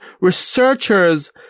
researchers